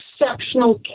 exceptional